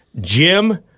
Jim